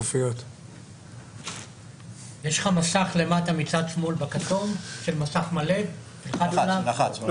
שקלית ואתם אתגרתם ושאלתם למה זאת לא